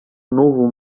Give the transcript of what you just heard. novo